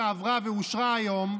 שעברה ואושרה היום,